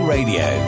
Radio